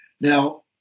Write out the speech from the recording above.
Now